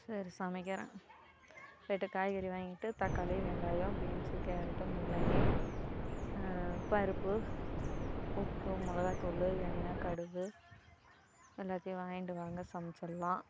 சரி சமைக்கிறேன் போய்விட்டு காய்கறி வாங்கிட்டு தக்காளி வெங்காயம் பீன்ஸு கேரட்டு முள்ளங்கி பருப்பு உப்பு மிளகா தூள் எண்ணெய் கடுகு எல்லாத்தையும் வாங்கிட்டு வாங்க சமச்சிடலாம்